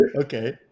Okay